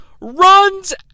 runs